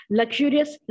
luxurious